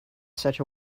such